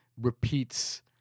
repeats